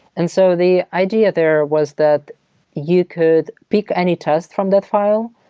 and so the idea there was that you could pick any test from that file,